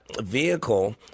vehicle